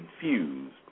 confused